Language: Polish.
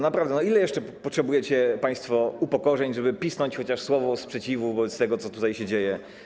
Naprawdę, ile jeszcze potrzebujecie państwo upokorzeń, żeby pisnąć chociaż słowo sprzeciwu wobec tego, co tutaj się dzieje?